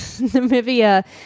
Namibia